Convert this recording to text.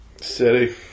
City